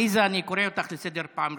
עליזה, אני קורא אותך לסדר פעם ראשונה.